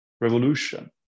revolution